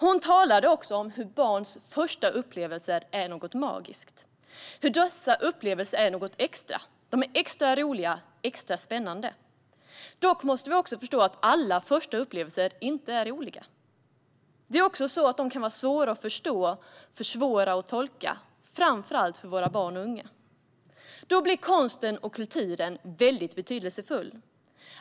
Hon talade också om hur barns första upplevelser är något magiskt. Dessa upplevelser är något extra - extra roliga och extra spännande. Dock måste vi också förstå att alla första upplevelser inte är roliga. De kan också vara svåra att förstå och för svåra att tolka, framför allt för våra barn och unga. Då blir konsten och kulturen betydelsefull.